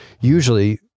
Usually